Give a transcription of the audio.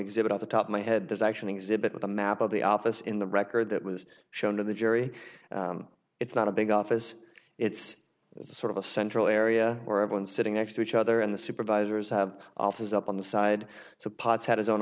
exhibit off the top my head this action exhibit with a map of the office in the record that was shown to the jury it's not a big office it's sort of a central area where i've been sitting next to each other in the supervisor's have offices up on the side so potts had his own